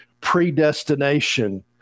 predestination